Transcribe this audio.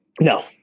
No